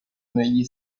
negli